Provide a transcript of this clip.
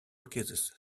cases